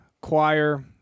Choir